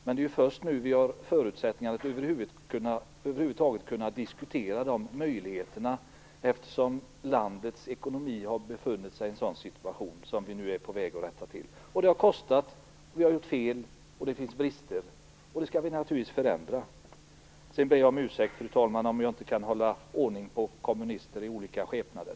Men det är först nu vi har förutsättningar att över huvud taget kunna diskutera de möjligheterna, eftersom landets ekonomi har befunnit sig i en sådan situation som vi nu är på väg att komma ur. Det har kostat, vi har gjort fel och det finns brister. Det skall vi naturligtvis förändra. Sedan ber jag om ursäkt, fru talman, om jag inte kan hålla ordning på kommunister i olika skepnader.